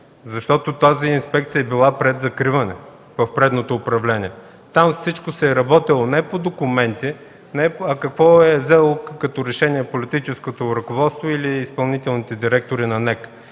защото тази инспекция е била пред закриване в предното управление. Там всичко се е работело не по документи, а съобразно това какво са взели като решение политическото ръководство или изпълнителните директори на НЕК.